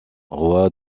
roi